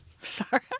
Sorry